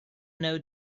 know